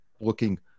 looking